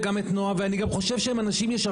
וגם את נועה.